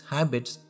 Habits